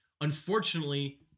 Unfortunately